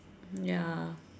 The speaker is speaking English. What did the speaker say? ya